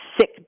sick